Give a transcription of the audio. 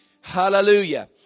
Hallelujah